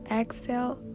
exhale